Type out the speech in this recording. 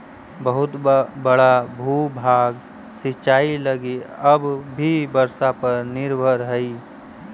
बहुत बड़ा भूभाग सिंचाई लगी अब भी वर्षा पर निर्भर हई